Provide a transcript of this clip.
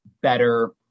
better